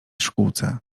szkółce